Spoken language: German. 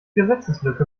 gesetzeslücke